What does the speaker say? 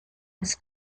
des